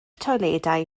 toiledau